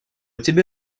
тебе